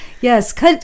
Yes